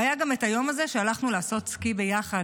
והיה גם את היום הזה שהלכנו לעשות סקי ביחד,